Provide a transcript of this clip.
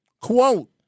Quote